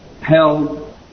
held